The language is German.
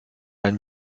ein